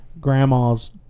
grandma's